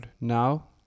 now